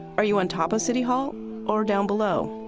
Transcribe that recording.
are you on top of city hall or down below?